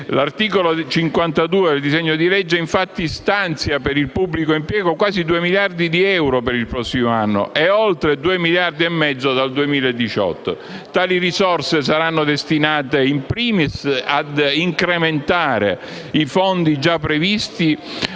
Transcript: L'articolo 52 del disegno di legge, infatti, stanzia per il pubblico impiego quasi 2 miliardi di euro per il prossimo anno e oltre 2 miliardi e mezzo dal 2018. Tali risorse saranno destinate *in primis* ad incrementare i fondi già previsti